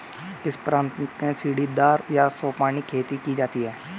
किस प्रांत में सीढ़ीदार या सोपानी खेती की जाती है?